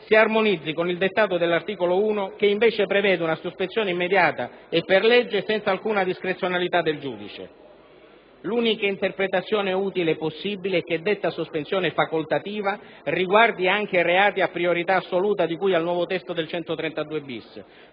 si armonizzi con il dettato dell'articolo 1, che invece prevede una sospensione immediata e per legge, senza alcuna discrezionalità del giudice. L'unica interpretazione utile possibile è che detta sospensione facoltativa riguardi anche i reati a priorità assoluta, di cui al nuovo testo dell'articolo